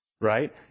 Right